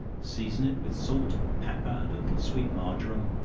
season it with salt, pepper and a little sweet marjoram,